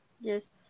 Yes